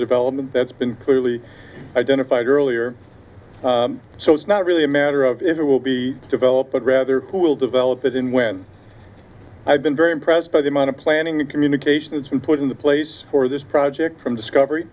development that's been clearly identified earlier so it's not really a matter of if it will be developed but rather will develop it in when i've been very impressed by the amount of planning the communications from put into place for this project from discovery